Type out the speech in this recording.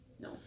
No